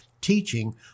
teaching